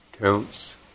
counts